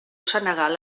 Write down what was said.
senegal